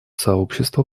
сообщества